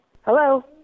Hello